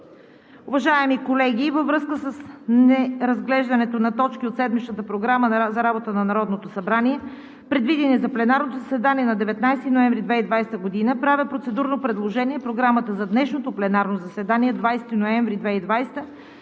Уважаеми колеги, във връзка с неразглеждането на точки от седмичната Програма за работата на Народното събрание, предвидени за пленарното заседание на 19 ноември 2020 г., правя процедурно предложение Програмата за днешното пленарно заседание – 20 ноември 2020 г.,